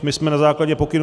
My jsme na základě pokynů